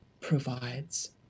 provides